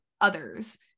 others